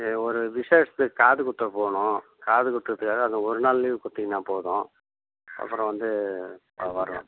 இங்கே ஒரு விசேஷத்துக்கு காது குத்த போகணும் காது குத்துறத்துக்காக அந்த ஒரு நாள் லீவு கொடுத்திங்கனா போதும் அப்புறம் வந்து அவன் வருவான்